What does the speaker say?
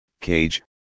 cage